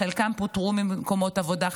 חלקם פוטרו ממקומות עבודה,